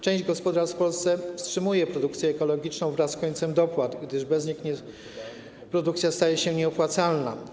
Część gospodarstw w Polsce wstrzymuje produkcję ekologiczną wraz z końcem dopłat, gdyż bez nich produkcja staje się nieopłacalna.